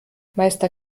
meister